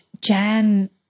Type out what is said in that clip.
Jan